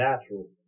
natural